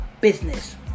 business